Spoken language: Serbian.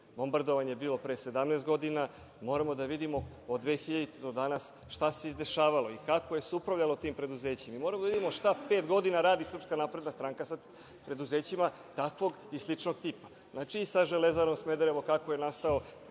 Bombardovanje je bilo pre 17 godina. Moramo da vidimo od 2000. godine do danas šta se izdešavalo i kako se upravljalo tim preduzećem. Moramo da vidimo šta pet godina radi SNS sa preduzećima takvog i sličnog tipa. Znači i sa „Železarom“ Smederevo, kako ja nastao…